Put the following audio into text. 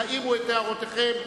תעירו את הערותיכם,